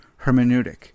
hermeneutic